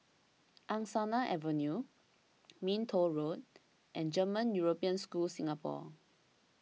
Angsana Avenue Minto Road and German European School Singapore